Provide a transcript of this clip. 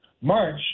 March